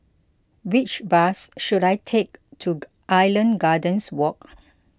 which bus should I take to Island Gardens Walk